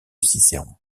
cicéron